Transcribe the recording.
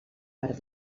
per